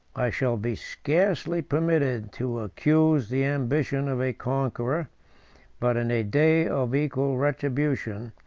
i shall be scarcely permitted to accuse the ambition of a conqueror but in a day of equal retribution,